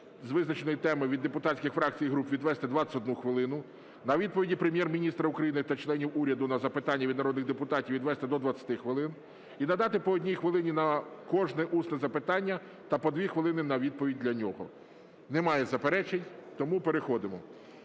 з визначеної теми від депутатських фракцій і груп відвести 21 хвилину, на відповіді Прем'єр-міністра України та членів уряду на запитання від народних депутатів відвести до 20 хвилин, і надати по одній хвилині на кожне усне запитання та по 2 хвилини на відповідь на нього. Нема заперечень, тому переходимо.